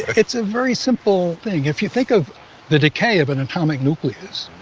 it's a very simple thing. if you think of the decay of an atomic nucleus,